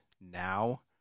now